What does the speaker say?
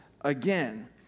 again